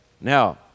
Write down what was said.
Now